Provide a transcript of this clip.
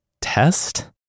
test